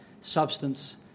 substance